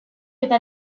eta